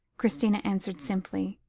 christina answered simply.